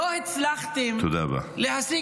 לא הצלחתם -- תודה רבה.